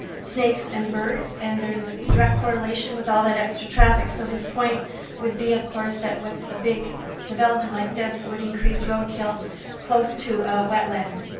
snakes and birds, and there's a direct correlation with all that extra traffic. so his point would be of course that with a big development like this, it would increase roadkill close to wetland.